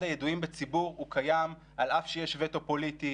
הידועים בציבור קיים על-אף שיש וטו פוליטי,